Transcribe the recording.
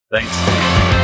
Thanks